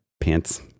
pants